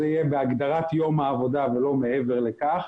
יהיה בהגדרת יום העבודה ולא מעבר לכך.